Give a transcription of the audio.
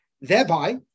Thereby